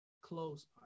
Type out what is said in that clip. close